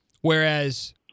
Whereas